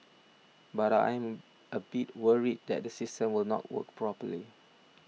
but I am a bit worried that the system will not work properly